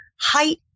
Height